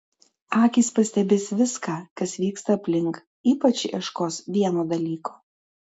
akys pastebės viską kas vyksta aplink ypač ieškos vieno dalyko